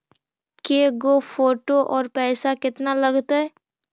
के गो फोटो औ पैसा केतना लगतै?